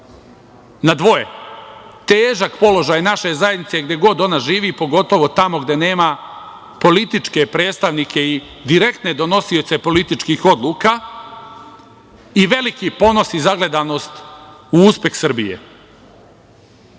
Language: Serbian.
na dvoje. Težak položaj naše zajednice gde god ona živi, pogotovo tamo gde nema političke predstavnike i direktne donosioce političkih odluka i veliki ponos i zagledanost u uspeh Srbije.